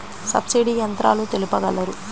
Subsidy యంత్రాలు తెలుపగలరు?